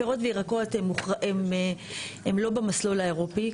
פירות וירקות הם לא במסלול האירופי,